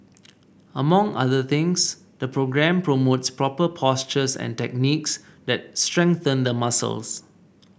among other things the programme promotes proper postures and techniques that strengthen the muscles